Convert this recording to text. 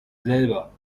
selber